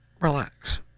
Relax